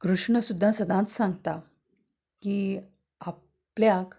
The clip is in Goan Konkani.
कृष्ण सुद्दां सदांच सांगता की आपल्याक